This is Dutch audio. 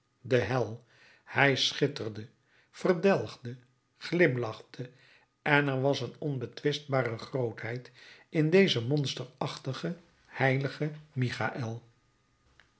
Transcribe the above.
de hel hij schitterde verdelgde glimlachte en er was een onbetwistbare grootheid in dezen monsterachtigen heiligen michaël